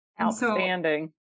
Outstanding